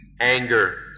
anger